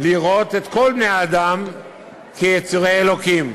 לראות את כל בני-האדם כיצורי אלוקים.